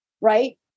right